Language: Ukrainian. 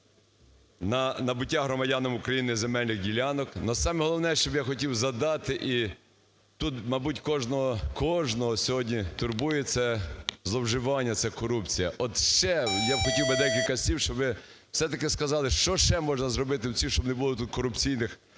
на набуття громадянами України земельних ділянок. Але саме головне, що би я хотів задати, і тут, мабуть, кожного, кожного сьогодні турбує, це зловживання, це корупція. От ще, я хотів би декілька слів щоб ви все-таки сказали, що ще можна зробити, щоб не було тут корупційних